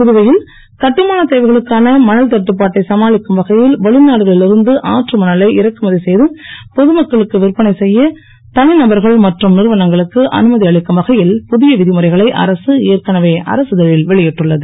புதுவையில் கட்டமான தேவைகளுக்கான மணல் தட்டுப்பாட்டை சமாளிக்கும் வகையில் வெளிநாடுகளில் இருந்து ஆற்றுமணலை இறக்குமதி செய்து பொதுமக்களுக்கு விற்பனை செய்ய தனிநபர்கள் மற்றும் நிறுவனங்களுக்கு அனுமதி அளிக்கும் வகையில் புதிய விதிமுறைகளை அரசு ஏற்கனவே அரசிதழில் வெளியிட்டுள்ளது